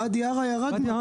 ואדי ערה ירד.